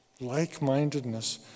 Like-mindedness